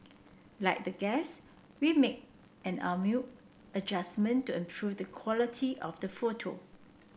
like the guests we made an amateur adjustment to improve the quality of the photo